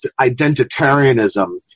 identitarianism